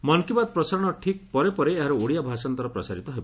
ମନ୍ କି ବାତ୍ ପ୍ରସାରଣର ଠିକ୍ ପରେ ପରେ ଏହାର ଓଡ଼ିଆ ଭାଷାନ୍ତର ପ୍ରସାରିତ ହେବ